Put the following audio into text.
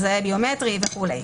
מזהה ביומטרי וכו'.